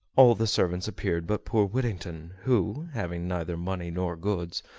all the servants appeared but poor whittington, who, having neither money nor goods,